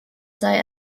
sei